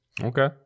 Okay